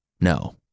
No